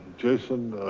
jason,